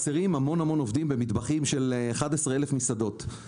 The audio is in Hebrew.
חסרים הרבה עובדים במטבחים של 11,000 מסעדות.